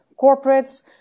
corporates